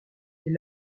les